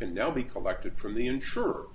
now be collected from the insurer